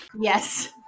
yes